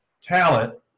talent